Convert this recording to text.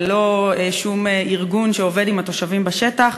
ללא שום ארגון שעובד עם התושבים בשטח,